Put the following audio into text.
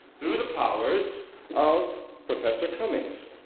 through the powers of professor cummings